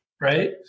right